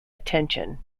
attention